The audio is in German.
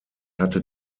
hatte